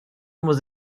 was